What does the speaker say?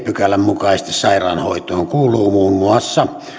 pykälän mukaisesti sairaanhoitoon kuuluu muun muassa